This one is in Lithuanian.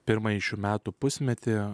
pirmąjį šių metų pusmetį